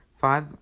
five